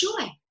joy